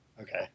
Okay